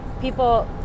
people